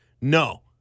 no